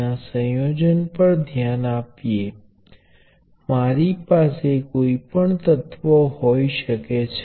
અમે બે અલગ નોડ્સ પણ ધ્યાનમાં લીધા નથી પરંતુ ઘણી વાર હોઈ શકે છે